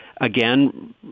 again